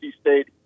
State